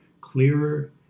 clearer